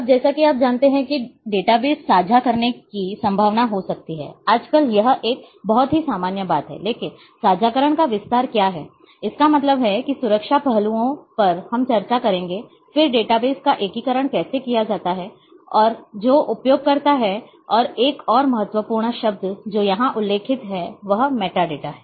अब जैसा कि आप जानते हैं कि डेटाबेस साझा करने की संभावना हो सकती है आजकल यह एक बहुत ही सामान्य बात है लेकिन साझाकरण का विस्तार क्या है इसका मतलब है कि सुरक्षा पहलुओं पर हम चर्चा करेंगे फिर डेटाबेस का एकीकरण कैसे किया जाता है और जो उपयोगकर्ता हैं और एक और महत्वपूर्ण शब्द जो यहां उल्लेखित है वह मेटाडेटा है